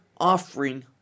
offering